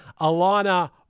Alana